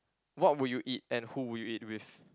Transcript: what would you eat and who will you eat with